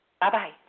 Bye-bye